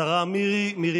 (חותם על ההצהרה) השרה מירי מרים רגב.